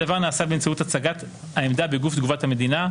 הדבר נעשה באמצעות הצגת העמדה בגוף תגובת המדינה,